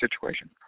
situation